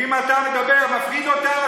ואם אתה מפריד אותם,